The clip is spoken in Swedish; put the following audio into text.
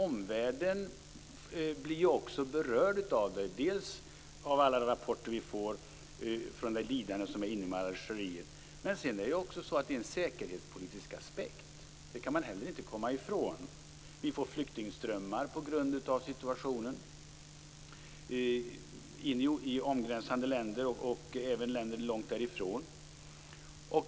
Omvärlden är ju också berörd av detta, dels av alla rapporter som vi får om lidandet i Algeriet, dels av den säkerhetspolitiska aspekten. Det kan man inte heller komma ifrån. Det blir flyktingströmmar på grund av situationen, in i angränsande länder och även länder långt därifrån.